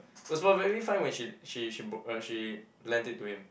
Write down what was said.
it was perfectly fine when she she she br~ uh she when she lend it to him